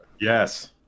Yes